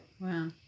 wow